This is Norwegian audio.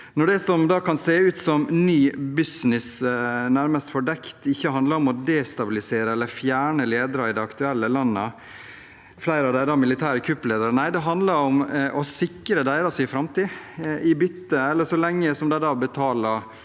Dette som kan se ut som ny business, nærmest fordekt, handlet ikke om å destabilisere eller fjerne ledere i de aktuelle landene, flere av deres militære kuppledere. Nei, det handlet om å sikre deres framtid – så lenge de da betaler,